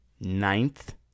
ninth